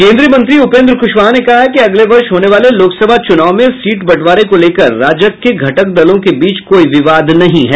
केंद्रीय मंत्री उपेंद्र कुशवाहा ने कहा है कि अगले वर्ष होने वाले लोकसभा चुनाव में सीट बंटवारे को लेकर राजग के घटक दलों के बीच कोई विवाद नहीं है